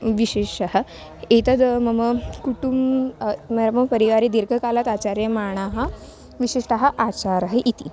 विशिष्य एतद् मम कुटुम्बे मम परिवारे दीर्घकालात् आचर्यमाणाः विशिष्टाः आचाराः इति